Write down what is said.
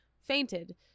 fainted